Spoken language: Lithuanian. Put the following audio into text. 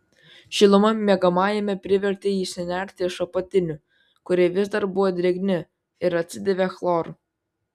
šiluma miegamajame privertė jį išsinerti iš apatinių kurie vis dar buvo drėgni ir atsidavė chloru